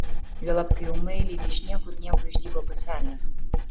juolab kai ūmai lyg iš niekur nieko išdygo pats velnias